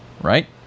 right